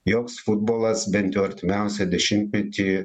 joks futbolas bent jau artimiausią dešimtmetį